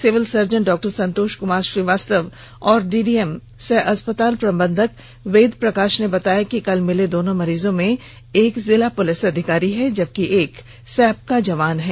civil surgeon डॉ संतोष कुमार श्रीवास्तव और DDM सह अस्पताल प्रबंधक वेद प्रकाश ने बताया कि कल मिले दोनों मरीजों में एक जिला पुलिस अधिकारी है जबकि एक सैप का जवान है